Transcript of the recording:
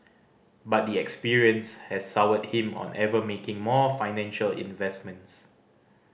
but the experience has soured him on ever making more financial investments